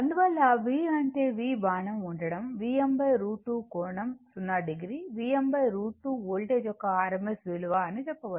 అందువల్ల V అంటే V బాణం ఉంచడం Vm √ 2కోణం 0 o Vm √ 2 వోల్టేజ్ యొక్క rms విలువ అని చెప్పవచ్చు